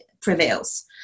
prevails